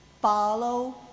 follow